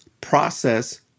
process